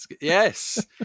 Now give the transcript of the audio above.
yes